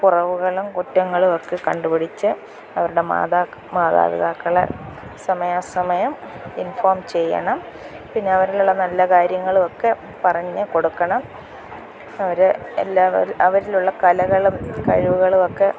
കുറവുകളും കുറ്റങ്ങളുമൊക്കെ കണ്ടുപിടിച്ച് അവരുടെ മാതാ മാതാപിതാക്കളെ സമയാ സമയം ഇൻഫോം ചെയ്യണം പിന്നെ അവരിലുള്ള നല്ല കാര്യങ്ങളുമൊക്കെ പറഞ്ഞ് കൊടുക്കണം അവർ എല്ലാവ അവരിലുള്ള കലകളും കഴിവുകളും ഒക്കെ